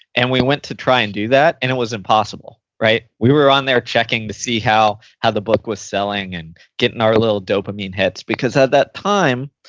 and we went to try and do that, and it was impossible. right? we were on there checking to see how how the book was selling and getting our little dopamine hits because at that time,